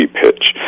pitch